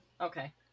Okay